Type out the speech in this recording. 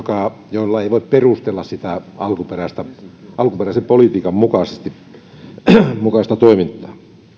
jolla ei voi perustella alkuperäisen politiikan mukaista toimintaa